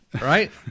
right